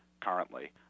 currently